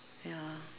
ya